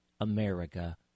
America